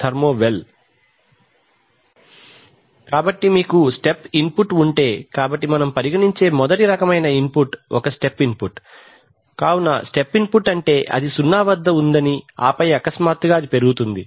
slide సమయం చూడండి 0607 కాబట్టి మీకు స్టెప్ ఇన్పుట్ ఉంటే కాబట్టి మనము పరిగణించే మొదటి రకమైన ఇన్పుట్ ఒక స్టెప్ ఇన్పుట్ కాబట్టి స్టెప్ ఇన్పుట్ అంటే అది సున్నా వద్ద ఉందని ఆపై అకస్మాత్తుగా అది పెరుగుతుంది